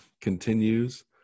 continues